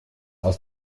aus